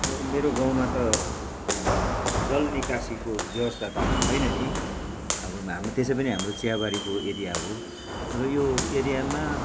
अब मेरो गाउँमा त जल निकासीको व्यवस्था त अब छैन नि अब हाम्रो त्यसै पनि हाम्रो चियाबारीको एरिया हो र यो एरियामा